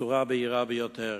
בצורה בהירה ביותר.